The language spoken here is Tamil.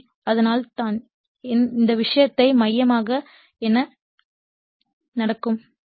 எனவே அதனால்தான் இந்த விஷயத்தில் மையமாகக் என்ன நடக்கும்